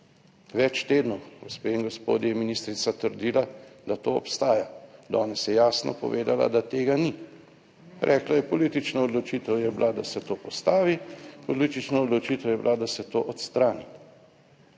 Več tednov, gospe in gospodje, je ministrica trdila, da to obstaja. Danes je jasno povedala, da tega ni. Rekla je, politična odločitev je bila, da se to postavi, politična odločitev je bila, da se to odstrani.